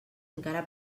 encara